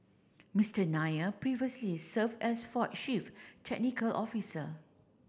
Mister Nair previously served as Ford chief technical officer